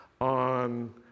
on